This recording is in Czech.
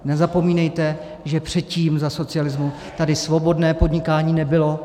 Nezapomínejte, že předtím, za socialismu, tady svobodné podnikání nebylo.